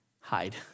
Hide